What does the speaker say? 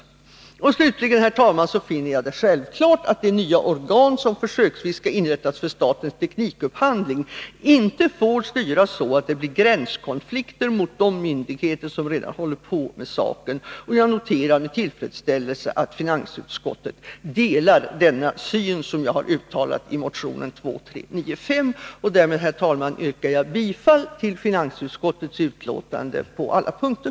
Herr talman! Slutligen finner jag det självklart att det nya organ som försöksvis skall inrättas för statens teknikupphandling inte får styras så att det blir gränskonflikter mot de myndigheter som redan håller på med saken. Jag noterar med tillfredsställelse att finansutskottet delar denna syn, som jag har uttalat i motion 2395. Jag yrkar bifall till finansutskottets hemställan på alla punkter.